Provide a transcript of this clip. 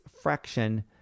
fraction